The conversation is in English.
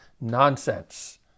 nonsense